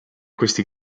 questi